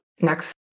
next